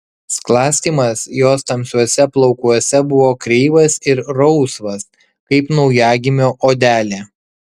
sklastymas jos tamsiuose plaukuose buvo kreivas ir rausvas kaip naujagimio odelė